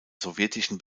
sowjetischen